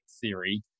theory